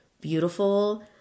beautiful